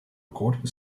recording